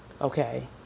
Okay